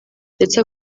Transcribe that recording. ndetse